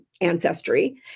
ancestry